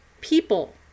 People